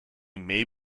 may